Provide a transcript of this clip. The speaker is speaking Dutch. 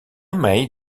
mij